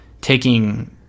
taking